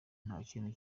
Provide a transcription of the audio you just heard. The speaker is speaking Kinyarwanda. ntakintu